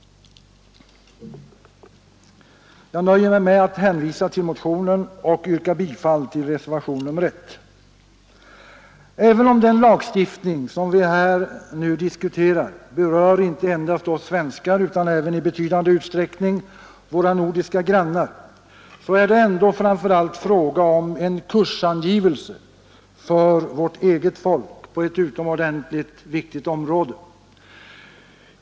Jag nöjer mig med att hänvisa till motionen och yrkar bifall till reservationen 1. Även om den lagstiftning vi nu diskuterar berör inte endast oss svenskar utan även i betydande utsträckning våra nordiska grannar, är det ändå framför allt fråga om en kursangivelse för vårt eget folk på ett utomordentligt viktigt område.